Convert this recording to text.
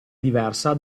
diversa